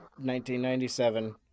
1997